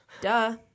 Duh